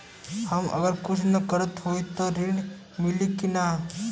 हम अगर कुछ न करत हई त ऋण मिली कि ना?